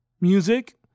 music